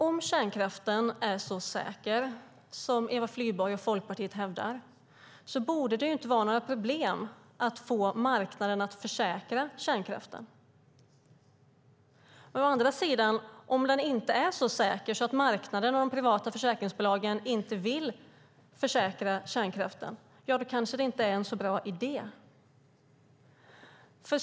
Om kärnkraften är så säker som Eva Flyborg och Folkpartiet hävdar borde det inte vara några problem att få marknaden att försäkra kärnkraften. Men om den inte är så säker att marknaden och de privata försäkringsbolagen vill försäkra den kanske kärnkraften inte är en så bra idé.